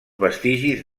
vestigis